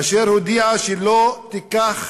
אשר הודיעה שלא תיקח